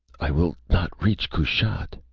i will not reach kushat.